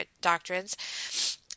doctrines